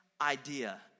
idea